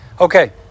Okay